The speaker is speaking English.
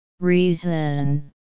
Reason